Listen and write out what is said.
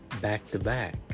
back-to-back